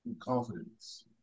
confidence